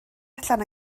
allan